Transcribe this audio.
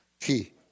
Key